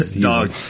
Dog